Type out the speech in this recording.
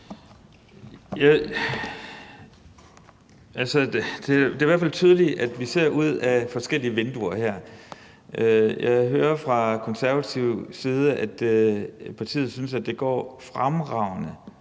Det er i hvert fald tydeligt, at vi her ser ud af forskellige vinduer. Jeg hører fra De Konservatives side, at partiet synes, at det går fremragende,